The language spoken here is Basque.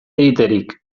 egiterik